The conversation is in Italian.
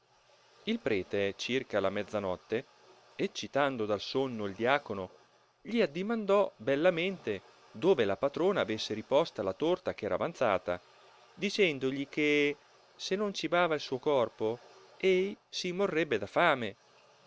il prete circa la mezza notte eccitando dal sonno il diacono gli addimandò bellamente dove la patrona avesse riposta la torta che era avanzata dicendogli che se non cibava il suo corpo ei si morrebbe da fame